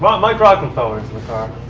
um mike rockenfeller is in the car